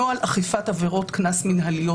נוהל אכיפת עבירות קנס מינהליות,